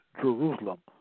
Jerusalem